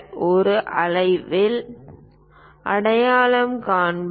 ஒரு அளவில் அடையாளம் காண்போம்